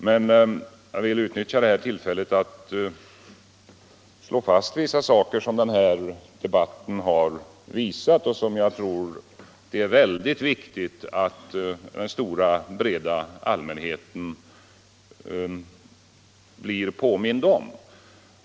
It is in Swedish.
Men jag vill utnyttja detta tillfälle att slå fast vissa saker som den här debatten har visat och som jag tror att det är väldigt viktigt att den stora breda allmänheten blir påmind om.